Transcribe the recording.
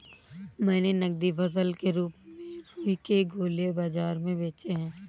मैंने नगदी फसल के रूप में रुई के गोले बाजार में बेचे हैं